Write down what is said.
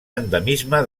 endemisme